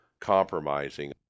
compromising